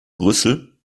brüssel